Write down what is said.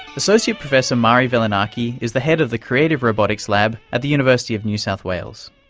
associate professor mari velonaki is the head of the creative robotics lab at the university of new south wales.